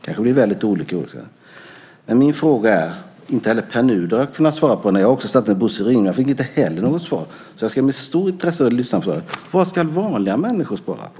Min fråga - en fråga som Pär Nuder inte har kunnat svara på och en fråga som jag också har ställt till Bosse Ringholm som jag inte heller har fått något svar av - blir därför, och jag ska med stort intresse lyssna på svaret: Vad ska vanliga människor spara på?